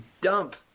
dump